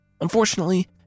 Unfortunately